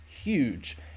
huge